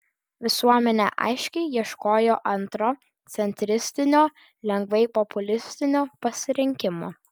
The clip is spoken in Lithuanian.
visuomenė aiškiai ieškojo antro centristinio lengvai populistinio pasirinkimo